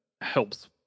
helps